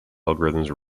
algorithms